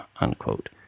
unquote